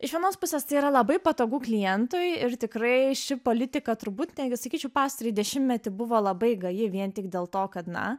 iš vienos pusės tai yra labai patogu klientui ir tikrai ši politika turbūt netgi sakyčiau pastarąjį dešimtmetį buvo labai gaji vien tik dėl to kad na